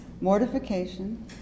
mortification